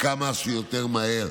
וכמה שיותר מהר,